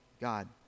God